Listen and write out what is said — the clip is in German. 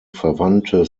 verwandte